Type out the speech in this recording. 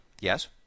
Yes